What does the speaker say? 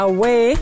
Away